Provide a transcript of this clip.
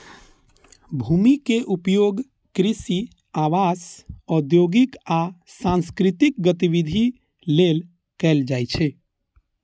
भूमिक उपयोग कृषि, आवास, औद्योगिक आ सांस्कृतिक गतिविधि लेल कैल जाइ छै